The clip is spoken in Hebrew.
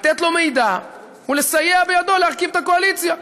לתת לו מידע ולסייע בידו להרכיב את הקואליציה.